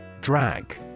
Drag